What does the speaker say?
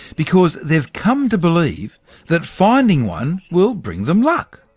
because they've come to believe that finding one will bring them luck.